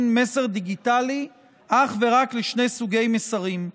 מסר דיגיטלי אך ורק לשני סוגי מסרים: